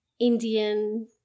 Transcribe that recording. Indian